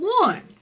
one